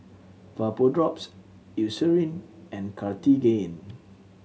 Vapodrops Eucerin and Cartigain